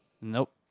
nope